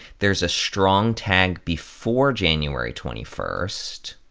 there's a strong tag before january twenty first